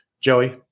Joey